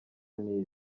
nil